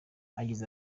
agize